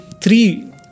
three